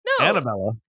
Annabella